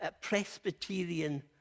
Presbyterian